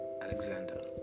Alexander